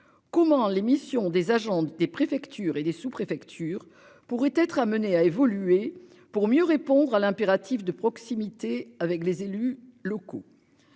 Comment l'émission des agents des préfectures et des sous-, préfectures pourraient être amenée à évoluer pour mieux répondre à l'impératif de proximité avec les élus locaux.